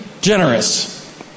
generous